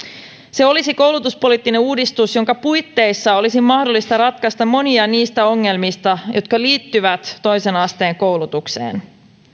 se olisi koulutuspoliittinen uudistus jonka puitteissa olisi mahdollista ratkaista monia niistä ongelmista jotka liittyvät toisen asteen koulutukseen